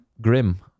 grim